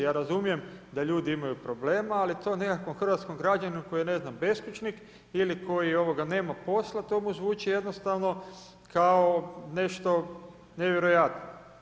Ja razumijem da ljudi imaju problema, ali to nekakvom hrvatskom građaninu koji je ne znam beskućnik ili koji nema posla to mu zvuči jednostavno kao nešto nevjerojatno.